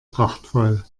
prachtvoll